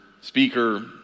speaker